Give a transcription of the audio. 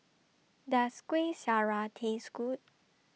Does Kueh Syara Taste Good